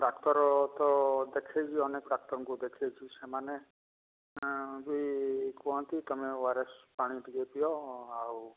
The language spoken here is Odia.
ଡାକ୍ତର ତ ଦେଖେଇଛି ଅନେକ ଡାକ୍ତରଙ୍କୁ ଦେଖେଇଛି ସେମାନେ ବି କୁହନ୍ତି ତୁମେ ଓ ଆର ସ ପାଣି ଟିକେ ପିଅ ଆଉ